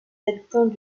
habitants